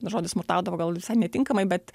žodis smurtaudavo gal visai netinkamai bet